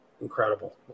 incredible